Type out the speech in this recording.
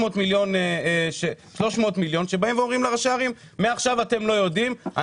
מיליון שבה אומרים לראשי הערים: אתם לא יודעים מה טוב,